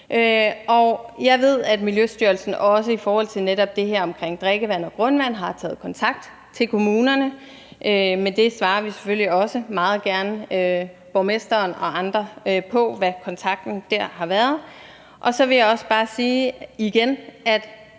Jeg ved, at Miljøstyrelsen også i forhold til netop det her omkring drikkevand og grundvand har taget kontakt til kommunerne, men det svarer vi selvfølgelig også meget gerne borgmesteren og andre på, altså hvad kontakten der har været. Så vil jeg bare igen sige, at